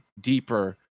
deeper